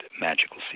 magical